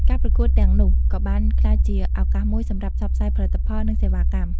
ការប្រកួតទាំងនោះក៏បានក្លាយជាឱកាសមួយសម្រាប់ផ្សព្វផ្សាយផលិតផល និងសេវាកម្ម។